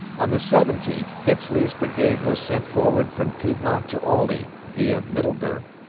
on the seventeenth fitz lee's brigade was sent forward from piedmont to aldie, via middleburg,